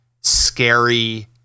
scary